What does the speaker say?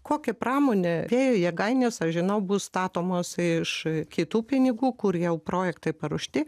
kokią pramonę vėjo jėgainės aš žinau bus statomos iš kitų pinigų kur jau projektai paruošti